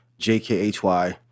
JKHY